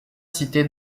cités